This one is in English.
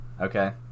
okay